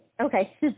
Okay